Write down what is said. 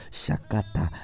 shakata